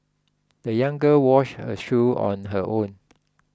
the young girl washed her shoes on her own